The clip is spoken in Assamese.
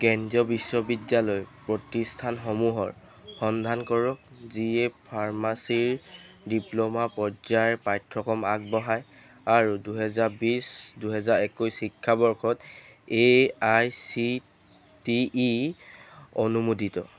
কেন্দ্ৰীয় বিশ্ববিদ্যালয় প্ৰতিষ্ঠানসমূহৰ সন্ধান কৰক যিয়ে ফাৰ্মাচীৰ ডিপ্ল'মা পৰ্যায়ৰ পাঠ্যক্ৰম আগবঢ়ায় আৰু দুহেজাৰ বিছ দুহেজাৰ একৈছ শিক্ষাবৰ্ষত A I C T E অনুমোদিত